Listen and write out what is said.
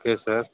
okay sir